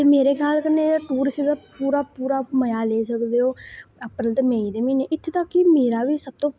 ते मेरे गल्ल कन्नै टूरिस्ट दा पू पूरा मज़ा लेई सकदे ओह् अपैल ते मेई दे म्हीने इत्थै त मेरा बी तू